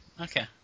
okay